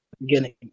beginning